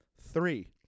Three